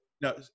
No